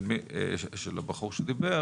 של הבחור שקיבל,